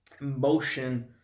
emotion